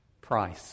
price